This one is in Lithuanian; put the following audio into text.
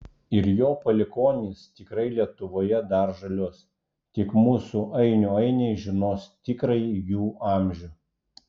ir jo palikuonys tikrai lietuvoje dar žaliuos tik mūsų ainių ainiai žinos tikrąjį jų amžių